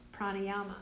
pranayama